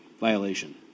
violation